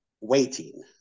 waiting